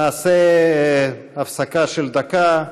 נעשה הפסקה של דקה.